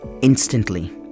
instantly